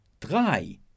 drei